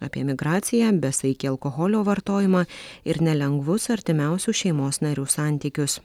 apie emigraciją besaikį alkoholio vartojimą ir nelengvus artimiausių šeimos narių santykius